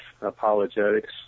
apologetics